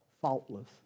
faultless